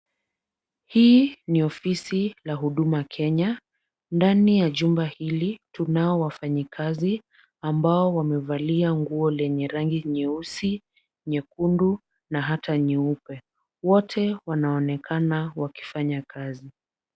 Hii ni ofisi la huduma Kenya ndani ya jumba hili kunao wafanyikazi ambao wamevalia nguo lenye rangi nyeusi, nyekundu na hata nyeupe. Wote wanaonekana wakifanya kazi.